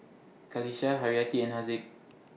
Qalisha Haryati and Haziq